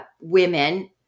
women